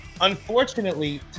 unfortunately